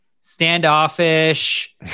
standoffish